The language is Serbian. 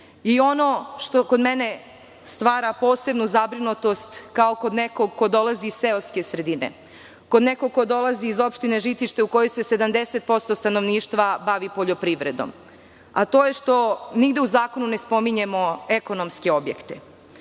što kod mene stvara posebnu zabrinutost, kao kod nekog ko dolazi iz seoske sredine, kao kod nekog ko dolazi iz opštine Žitište, u kojoj se 70% stanovništva bavi poljoprivredom, to je što nigde u zakonu ne spominjemo ekonomske objekte.